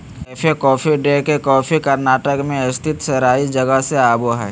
cafe Coffee Day के coffee Karnataka मे स्थित सेराई जगह से आवो हय